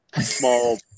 small